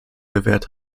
gewährt